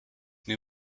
new